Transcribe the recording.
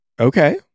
Okay